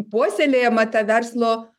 puoselėjama ta verslo